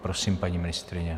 Prosím, paní ministryně.